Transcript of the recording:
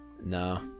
No